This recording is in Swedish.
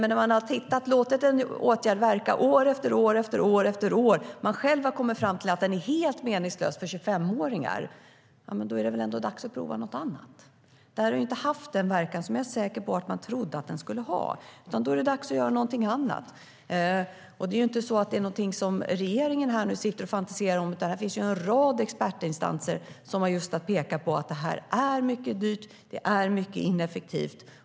När man låtit en åtgärd verka år efter år och kommit fram till att den är helt meningslös för 25-åringar, då är det väl dags att prova någonting annat? Den har inte haft den verkan som jag är säker på att man trodde att den skulle ha, och då är det dags att göra någonting annat. Det är ingenting som regeringen bara fantiserar om, utan en rad expertinstanser har pekat på att den är mycket dyr och mycket ineffektiv.